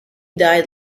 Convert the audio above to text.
died